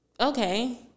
okay